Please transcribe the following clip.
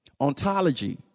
Ontology